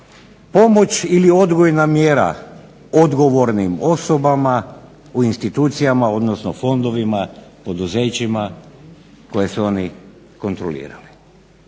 pomoć ili odgojna mjera odgovornim osobama u institucijama odnosno fondovima odnosno poduzećima koji su oni kontrolirali.